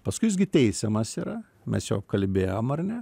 paskui jis gi teisiamas yra mes jau kalbėjom ar ne